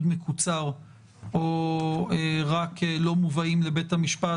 מקוצר או רק לא מובאים לבית המשפט,